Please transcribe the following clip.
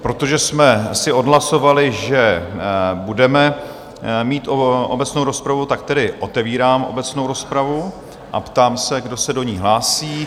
Protože jsme si odhlasovali, že budeme mít obecnou rozpravu, tedy otevírám obecnou rozpravu a ptám se, kdo se do ní hlásí?